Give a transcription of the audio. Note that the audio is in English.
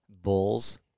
bulls